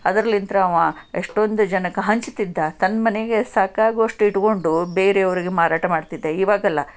ಅದರ್ಲಿನ್ತ್ರಾವ ಎಷ್ಟೊಂದು ಜನಕ್ಕೆ ಹಂಚ್ತಿದ್ದ ತನ್ನ ಮನೆಗೆ ಸಾಕಾಗುವಷ್ಟು ಇಟ್ಟುಕೊಂಡು ಬೇರೆಯವರಿಗೆ ಮಾರಾಟ ಮಾಡ್ತಿದ್ದ ಈವಾಗಲ್ಲ